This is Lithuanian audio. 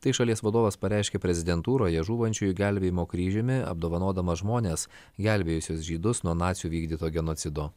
tai šalies vadovas pareiškė prezidentūroje žūvančiųjų gelbėjimo kryžiumi apdovanodamas žmones gelbėjusius žydus nuo nacių vykdyto genocido